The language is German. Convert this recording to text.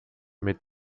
mit